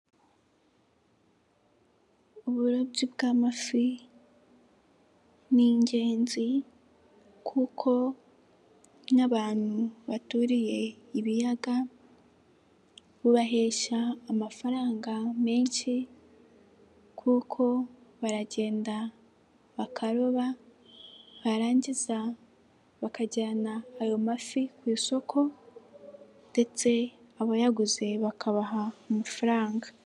Uburobyi bw'amafi ni ingenzi kuko n'abantu baturiye ibiyaga bubaheshya amafaranga menshi kuko baragenda bakaroba barangiza bakajyana ayo mafi ku isoko ndetse abayaguze bakabaha amafaranga.